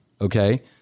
okay